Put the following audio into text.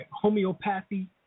Homeopathy